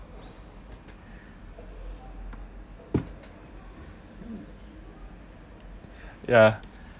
ya